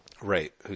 Right